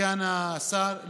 סגן השר,